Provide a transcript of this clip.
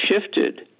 shifted